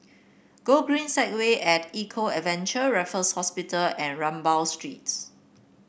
Gogreen Segway at Eco Adventure Raffles Hospital and Rambau Street